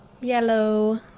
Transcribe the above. Yellow